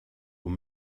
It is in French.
aux